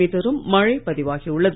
மீட்டரும் மழை பதிவாகி உள்ளது